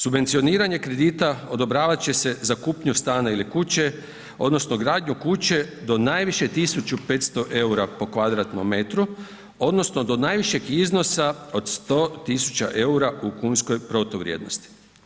Subvencioniranje kredita odobravati će se za kupnju stana ili kuće, odnosno gradnju kuće do najviše 1500 eura po kvadratnom metru odnosno do najvišeg iznosa od 100 tisuća eura u kunskoj protuvrijednosti.